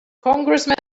congressman